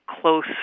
close